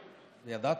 ידעתי,